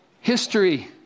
history